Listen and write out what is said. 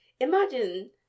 imagine